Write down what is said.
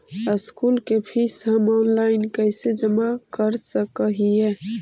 School के fees हम online कैसे जमा कर सक हिय?